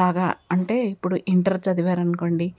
లాగా అంటే ఇప్పుడు ఇంటర్ చదివారు అనుకోండి